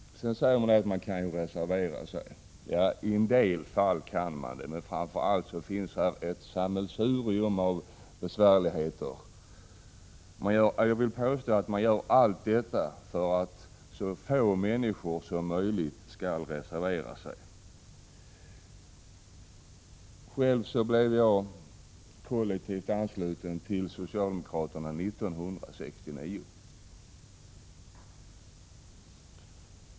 Sedan sägs det att man kan reservera sig. I en del fall kan man det, men framför allt finns här ett sammelsurium av besvärligheter. Jag vill påstå att man gör allt detta för att så få människor som möjligt skall reservera sig. Själv blev jag kollektivt ansluten till socialdemokraterna 1969.